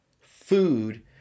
food